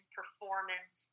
performance